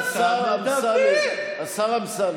השר אמסלם.